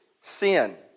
sin